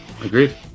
Agreed